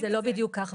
זה לא בדיוק כך.